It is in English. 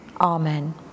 Amen